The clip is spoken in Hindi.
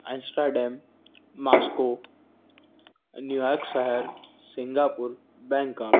ऐम्सटर्डैम मास्को न्यूयॉर्क शहर सिंगापुर बैंकॉक